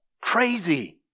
crazy